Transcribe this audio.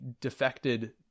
defected